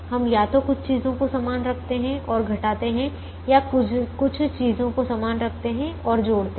हम या तो कुछ चीजों को समान रखते हैं और घटाते हैं या कुछ चीजों को समान रखते हैं और जोड़ते हैं